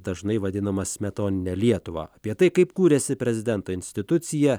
dažnai vadinamas smetonine lietuva apie tai kaip kūrėsi prezidento institucija